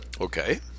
Okay